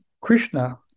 Krishna